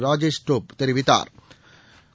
ராஜேஷ் டோப் தெரிவித்தாா்